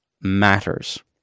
matters